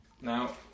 Now